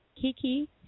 Kiki